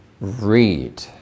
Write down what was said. read